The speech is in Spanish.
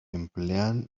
emplean